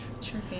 Sure